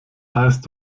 heißt